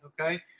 okay